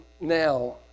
now